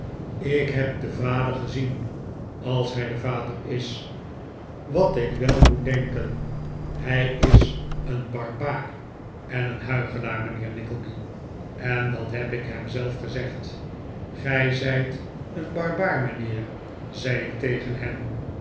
ik heb den vader gezien als hij de vader is wat ik wel moet denken hij is een barbaar en een huichelaar mijnheer nickleby en dat heb ik hem zelf gezegd gij zijt een barbaar mijnheer zei ik tegen hem